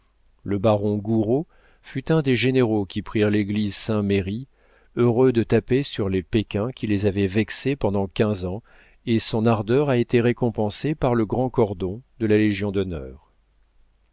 le baron gouraud fut un des généraux qui prirent l'église saint-merry heureux de taper sur les péquins qui les avaient vexés pendant quinze ans et son ardeur a été récompensée par le grand cordon de la légion-d'honneur